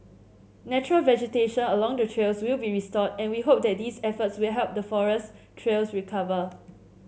natural vegetation along the trails will be restored and we hope that these efforts will help the forest trails recover